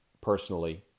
personally